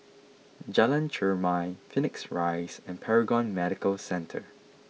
Jalan Chermai Phoenix Rise and Paragon Medical Centre